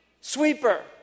sweeper